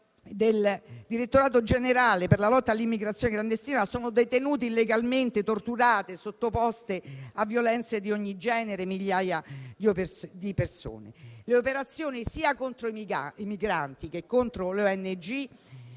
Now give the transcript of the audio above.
della direzione generale per la lotta all'immigrazione clandestina sono detenute illegalmente, torturate e sottoposte a violenze di ogni genere migliaia di persone. Le operazioni, sia contro i migranti che contro le ONG